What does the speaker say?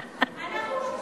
אנחנו מקשיבים לך.